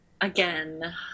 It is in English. again